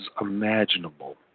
imaginable